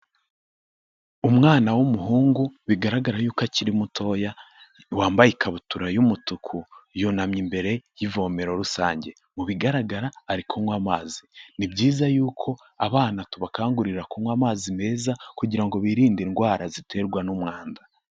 Umwana w'umuhungu bigaragara yuko akiri mutoya, wambaye ikabutura y'umutuku, yunamye imbere y'ivomero rusange. Mu bigaragara ari kunywa amazi. Ni byiza yuko abana tubakangurira kunywa amazi meza, kugira ngo birinde indwara ziterwa n'umwanda.